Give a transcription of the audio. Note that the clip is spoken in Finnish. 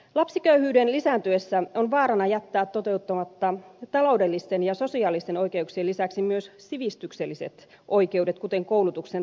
lapsiköyhyyden lisääntyessä on vaarana jättää toteuttamatta taloudellisten ja sosiaalisten oikeuksien lisäksi myös sivistykselliset oikeudet kuten koulutuksen tasa arvo